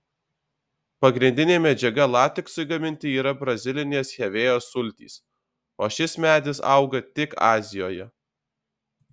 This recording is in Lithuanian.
pagrindinė medžiaga lateksui gaminti yra brazilinės hevėjos sultys o šis medis auga tik azijoje